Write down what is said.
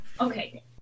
Okay